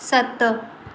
सत